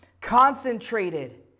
Concentrated